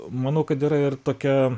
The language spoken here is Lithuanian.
manau kad yra ir tokia